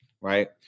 right